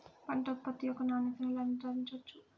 పంట ఉత్పత్తి యొక్క నాణ్యతను ఎలా నిర్ధారించవచ్చు?